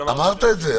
אמרת את זה.